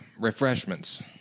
refreshments